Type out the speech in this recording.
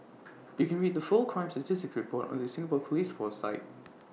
you can read the full crime statistics report on the Singapore Police force site